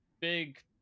big